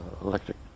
electric